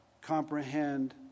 comprehend